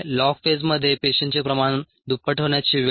log फेजमध्ये पेशींचे प्रमाण दुप्पट होण्याची वेळ